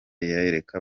yereka